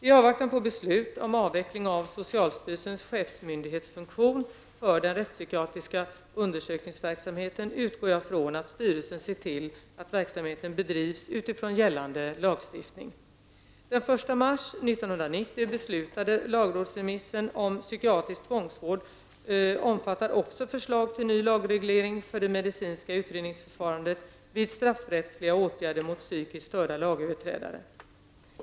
I avvaktan på beslut om avveckling av socialstyrelsens chefsmyndighetsfunktion för den rättspsykiatriska undersökningsverksamheten utgår jag från att styrelsen ser till att verksamheten bedrivs utifrån gällande lagstiftning. Den i mars 1990 beslutade lagrådsremissen om psykiatrisk tvångsvård omfattar också förslag till ny lagreglering för det medicinska utredningsförfarandet vid straffrättsliga åtgärder mot psykiskt störda lagöverträdare.